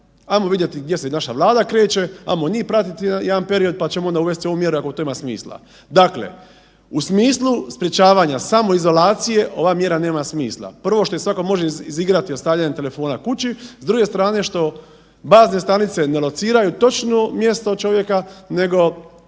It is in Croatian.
ajmo vidjeti gdje se naša Vlada kreće, ajmo njih pratiti jedan period, pa ćemo onda uvesti ovu mjeru ako to ima smisla. Dakle, u smislu sprječavanja samoizolacije ova mjera nema smisla. Prvo što je svatko može izigrati ostavljanjem telefona kući, s druge strane što bazne stanice ne lociraju točno mjesto od čovjeka nego